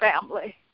family